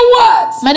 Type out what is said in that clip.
words